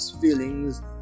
feelings